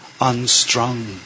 unstrung